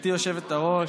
גברתי היושבת-ראש,